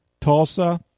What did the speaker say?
Tulsa